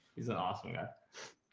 he's an awesome guy.